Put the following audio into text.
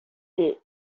les